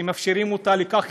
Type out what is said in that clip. שמפשירים אותה לכך,